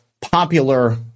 popular